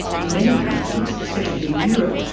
in many countries, especially in europe,